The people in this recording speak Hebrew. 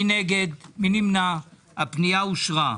הפנייה אושרה.